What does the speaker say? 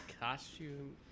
costume